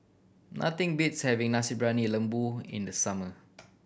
nothing beats having Nasi Briyani Lembu in the summer